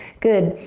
good,